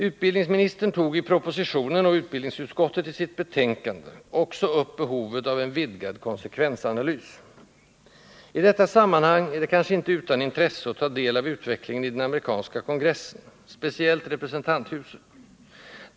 Utbildningsministern tog i propositionen, liksom utbildningsutskottet gjorde i sitt betänkande, också upp behovet av en vidgad konsekvensanalys. I detta sammanhang är det kanske inte utan intresse att ta del av utvecklingen i den amerikanska kongressen, speciellt representanthuset.